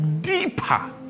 deeper